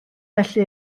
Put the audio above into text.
felly